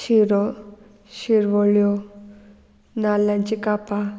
शिरो शिरवळ्यो नाल्लांची कापां